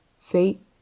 Fate